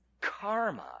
karma